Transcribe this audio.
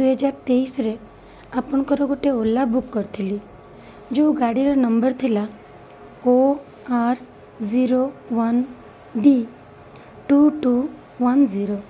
ଦୁଇହଜାର ତେଇଶିରେ ଆପଣଙ୍କର ଗୋଟେ ଓଲା ବୁକ୍ କରିଥିଲି ଯେଉଁ ଗାଡ଼ିର ନମ୍ବର ଥିଲା O R zero one D two two one zero